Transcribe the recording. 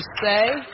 say